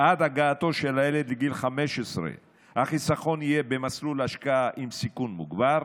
עד הגעתו של הילד לגיל 15 החיסכון יהיה במסלול השקעה עם סיכון מוגבר,